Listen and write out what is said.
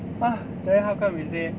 then how come you say